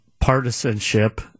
partisanship